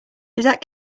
that